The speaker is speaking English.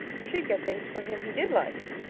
she'd get things for him he did like.